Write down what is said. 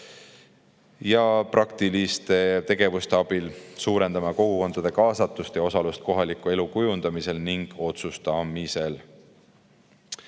Praktiliste tegevuste abil suurendame kogukondade kaasatust ja osalust kohaliku elu kujundamisel ning otsuste